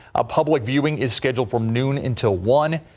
a public viewing is scheduled from noon until one.